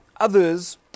others